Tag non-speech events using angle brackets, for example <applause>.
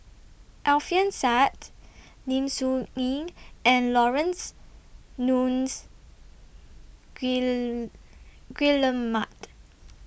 Alfian Sa'at Lim Soo Ngee and Laurence Nunns <unintelligible> Guillemard